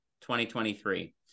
2023